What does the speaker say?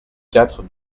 quatre